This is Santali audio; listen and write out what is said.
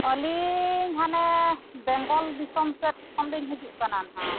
ᱟᱹᱞᱤᱧ ᱦᱟᱱᱮ ᱵᱮᱝᱜᱚᱞ ᱫᱤᱥᱚᱢ ᱥᱮᱫ ᱠᱷᱚᱱᱞᱤᱧ ᱦᱤᱡᱩᱜ ᱠᱟᱱᱟ ᱱᱟᱦᱟᱜ